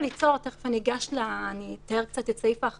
כשהוא משוחח עם עורך הדין לא שומעים.